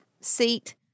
seat